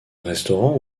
restaurant